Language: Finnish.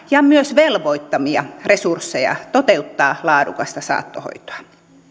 ja myös velvoittamia resursseja toteuttaa laadukasta saattohoitoa